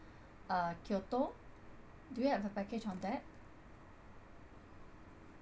uh kyoto do you have a package on that